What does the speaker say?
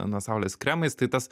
nuo saulės kremais tai tas